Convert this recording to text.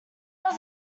was